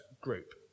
group